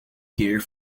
here